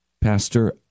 Pastor